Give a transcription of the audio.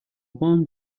warm